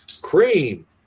Cream